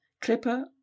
Clipper